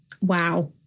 wow